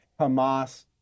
Hamas